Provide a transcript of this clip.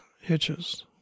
hitches